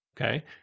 okay